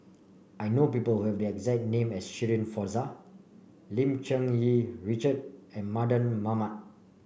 I know people who have the exact name as Shirin Fozdar Lim Cherng Yih Richard and Mardan Mamat